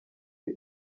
the